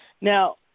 Now